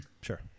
Sure